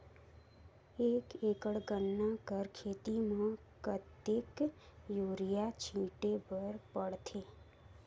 एक एकड़ गन्ना कर खेती म कतेक युरिया छिंटे बर पड़थे?